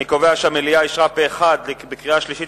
אני קובע שהמליאה אישרה פה אחד בקריאה שלישית